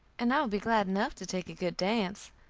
and i will be glad enough to take a good dance.